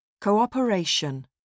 Cooperation